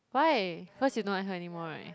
why cause you not like her anymore right